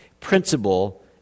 Principle